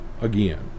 again